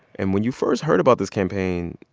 and when you first heard about this campaign,